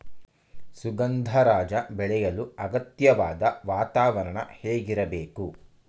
ಸುಗಂಧರಾಜ ಬೆಳೆಯಲು ಅಗತ್ಯವಾದ ವಾತಾವರಣ ಹೇಗಿರಬೇಕು?